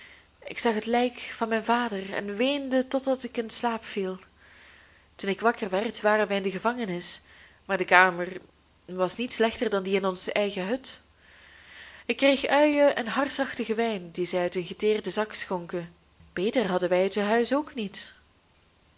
ik zag het lijk van mijn vader en weende totdat ik in slaap viel toen ik wakker werd waren wij in de gevangenis maar de kamer was niet slechter dan die in onze eigen hut ik kreeg uien en harsachtigen wijn dien zij uit een geteerden zak schonken beter hadden wij het te huis ook niet